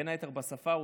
בין היתר בשפה הרוסית,